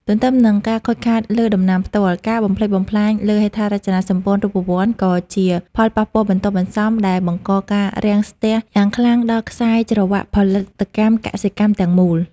ទន្ទឹមនឹងការខូចខាតលើដំណាំផ្ទាល់ ការបំផ្លិចបំផ្លាញលើហេដ្ឋារចនាសម្ព័ន្ធរូបវន្តក៏ជាផលប៉ះពាល់បន្ទាប់បន្សំដែលបង្កការរាំងស្ទះយ៉ាងខ្លាំងដល់ខ្សែច្រវាក់ផលិតកម្មកសិកម្មទាំងមូល។